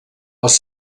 els